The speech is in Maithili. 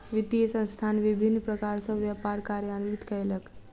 वित्तीय संस्थान विभिन्न प्रकार सॅ व्यापार कार्यान्वित कयलक